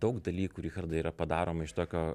daug dalykų richardai yra padaroma iš tokio